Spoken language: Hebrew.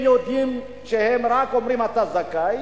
הם יודעים שהם רק אומרים: אתה זכאי,